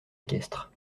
équestre